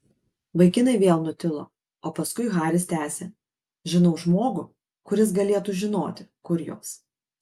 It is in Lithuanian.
vaikinai vėl nutilo o paskui haris tęsė žinau žmogų kuris galėtų žinoti kur jos